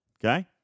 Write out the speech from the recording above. Okay